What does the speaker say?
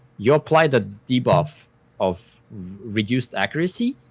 you apply the debuff of reduced accuracy,